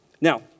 Now